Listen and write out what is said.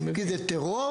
כי זה טרור,